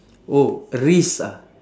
oh a risk ah